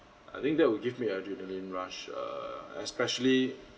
I think that will give me adrenaline rush err especially